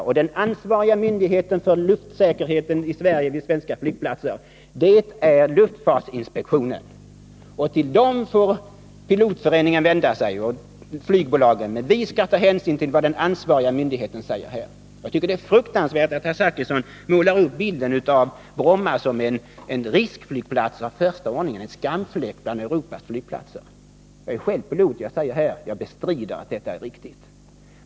Och den ansvariga myndigheten för luftsäkerheten i Sverige vid svenska flygplatser är luftfartsinspektionen. Dit får Pilotföreningen och flygbolagen vända sig. Här skall vi ta hänsyn till vad den ansvariga myndigheten säger. Det är fruktansvärt att herr Zachrisson målar upp bilden av Bromma som en riskflygplats av första ordningen, som en skamfläck bland Europas flygplatser. Jag är själv pilot, och jag bestrider att det herr Zachrisson säger är riktigt.